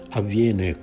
avviene